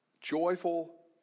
Joyful